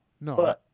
No